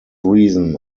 reason